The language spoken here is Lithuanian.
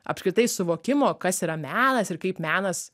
apskritai suvokimo kas yra menas ir kaip menas